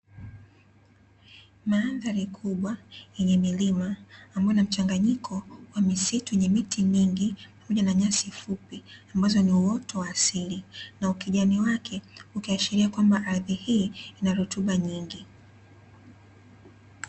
Mandhari kubwa yenye milima ambayo ina mchanganyiko wa misitu yenye miti mingi pamoja na nyasi fupi ambazo ni uoto wa asili, na ukijani wake ukiashiria kwamba ardhi hii inarutuba nyingi.